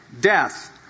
Death